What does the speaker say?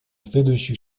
следующих